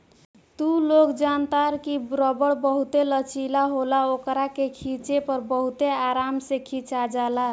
तू लोग जनतार की रबड़ बहुते लचीला होला ओकरा के खिचे पर बहुते आराम से खींचा जाला